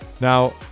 Now